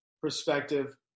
perspective